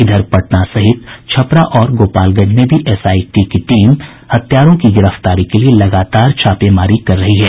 इधर पटना सहित छपरा और गोपालगंज में भी एसआईटी की टीम हत्यारों की गिरफ्तारी के लिए लगातार छापेमारी कर रही है